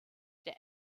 der